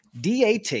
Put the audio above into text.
DAT